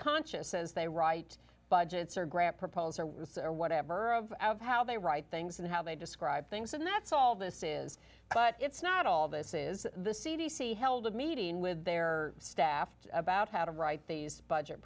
conscious says they write budgets or grant proposals or whatever of how they write things and how they describe things and that's all this is but it's not all this is the c d c held a meeting with their staff about how to write these budget